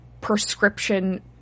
prescription